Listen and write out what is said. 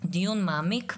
דיון מעמיק,